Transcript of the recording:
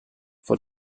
vor